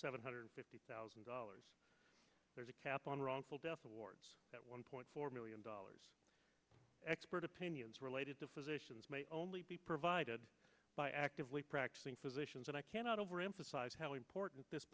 seven hundred fifty dollars there's a cap on wrongful death awards that one point four million dollars expert opinions related to physicians may only be provided by actively practicing physicians and i cannot overemphasize how important this